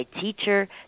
teacher